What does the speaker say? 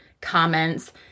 comments